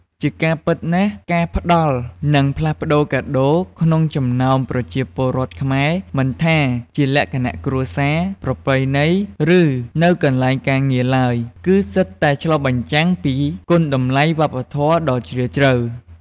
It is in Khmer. ជាការពិតណាស់ ការផ្តល់និងផ្លាស់ប្ដូរកាដូរក្នុងចំណោមប្រជាពលរដ្ឋខ្មែរ មិនថាជាលក្ខណៈគ្រួសារ ប្រពៃណី ឬនៅកន្លែងការងារឡើយ គឺសុទ្ធតែឆ្លុះបញ្ចាំងពី គុណតម្លៃវប្បធម៌ដ៏ជ្រាលជ្រៅ។